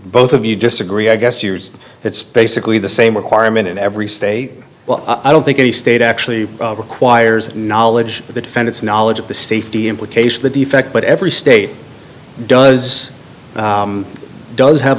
both of you just agree i guess years it's basically the same requirement in every state well i don't think any state actually requires knowledge of the defend its knowledge of the safety implications the defect but every state does does have